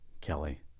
Kelly